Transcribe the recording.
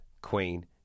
Queen